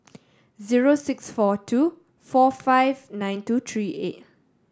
zero six four two four five nine two three eight